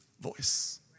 voice